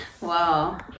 Wow